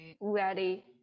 ready